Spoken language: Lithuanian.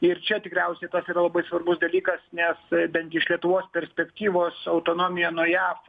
ir čia tikriausiai tas yra labai svarbus dalykas nes bent iš lietuvos perspektyvos autonomija nuo jav